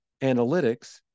analytics